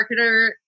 marketer